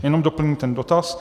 Jenom doplním ten dotaz.